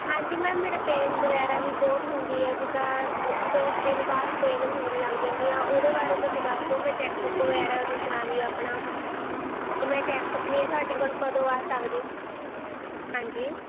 ਹਾਂਜੀ ਮੈਮ ਮੇਰੇ ਪੇਨ ਵਗੈਰਾ ਵੀ ਬਹੁਤ ਹੁੰਦੀ ਹੈ ਜਿੱਦਾਂ ਦੋ ਕੁ ਦਿਨ ਬਾਅਦ ਪੇਨ ਹੋਣ ਲੱਗ ਜਾਂਦੀ ਆ ਉਹਦੇ ਬਾਰੇ ਕੁਛ ਦੱਸ ਦੋ ਮੈਂ ਚੈੱਕਅਪ ਵਗੈਰਾ ਵੀ ਕਰਾਉਂਦੀ ਆਪਣਾ ਅਤੇ ਮੈਂ ਚੈਕਅਪ ਲਈ ਤੁਹਾਡੇ ਕੋਲ ਕਦੋਂ ਆ ਸਕਦੀ ਹਾਂਜੀ